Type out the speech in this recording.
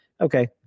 Okay